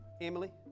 Emily